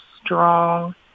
strong